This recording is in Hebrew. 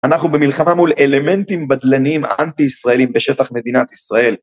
אנחנו במלחמה מול אלמנטים בדלנים אנטי ישראלים בשטח מדינת ישראל.